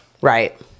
Right